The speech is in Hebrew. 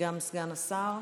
וגם סגן השר,